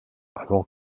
avant